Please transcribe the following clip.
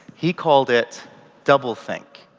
he called it doublethink.